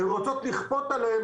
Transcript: והם רוצים לכפות עליהם,